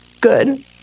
good